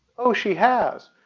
oh she has?